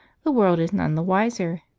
the world is none the wiser.